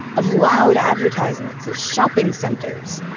of loud advertisements of shopping centers.